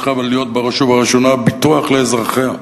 צריכה להיות בראש ובראשונה ביטוח לאזרחיה.